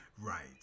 Right